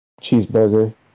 cheeseburger